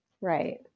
Right